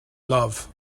love